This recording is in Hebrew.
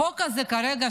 החוק הזה כרגע,